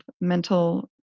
mental